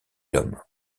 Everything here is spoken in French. l’homme